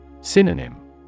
Synonym